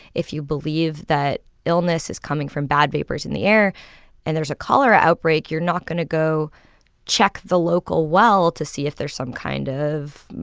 if you believe that illness is coming from bad vapors in the air and there's a cholera outbreak, you're not going to go check the local well to see if there's some kind of,